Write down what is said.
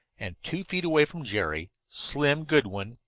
and, two feet away from jerry, slim goodwin,